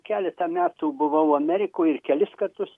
keletą metų buvau amerikoj ir kelis kartus